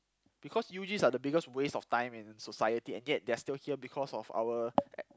because U_Gs are the biggest waste of time in society and yet they are still here because of our